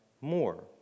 more